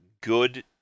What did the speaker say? good